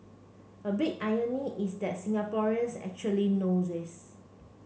a big irony is that Singaporeans actually know this